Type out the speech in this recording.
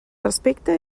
respecte